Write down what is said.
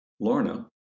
Lorna